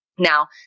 Now